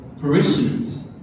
parishioners